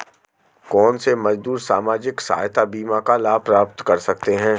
कौनसे मजदूर सामाजिक सहायता बीमा का लाभ प्राप्त कर सकते हैं?